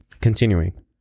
Continuing